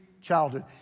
childhood